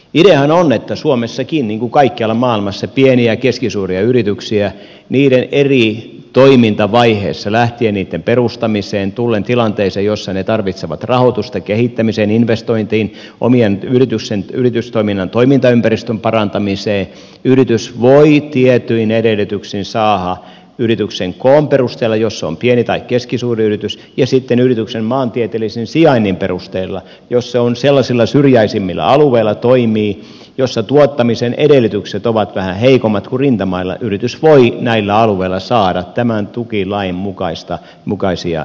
ideahan on että suomessakin niin kuin kaikkialla maailmassa pienet ja keskisuuret yritykset niiden eri toimintavaiheessa lähtien niitten perustamisesta tullen tilanteeseen jossa ne tarvitsevat rahoitusta kehittämiseen investointiin oman yritystoiminnan toimintaympäristön parantamiseen yritys voi tietyin edellytyksin saada yrityksen koon perusteella jos se on pieni tai keskisuuri yritys ja sitten yrityksen maantieteellisen sijainnin perusteella jos se toimii sellaisilla syrjäisimmillä alueilla joilla tuottamisen edellytykset ovat vähän heikommat kuin rintamailla saada tämän tukilain mukaisia yritystukia